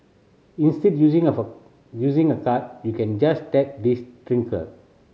instead using of a using a card you can just tap this trinket